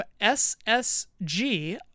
ssg